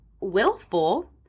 Willful